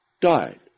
died